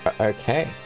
Okay